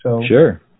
Sure